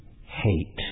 hate